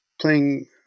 playing